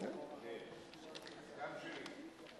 גם שלי.